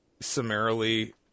summarily